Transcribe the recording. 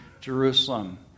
Jerusalem